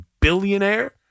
billionaire